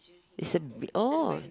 it's a oh